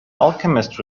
alchemist